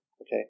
Okay